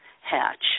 hatch